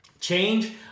change